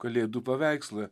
kalėdų paveikslą